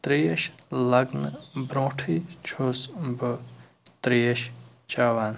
ترٛیش لَگنہٕ برٛونٛٹھٕے چھُس بہٕ ترٛیش چیٚوان